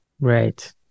Right